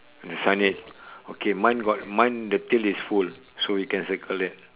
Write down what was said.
the signage okay mine got mine the tail is full so you can circle that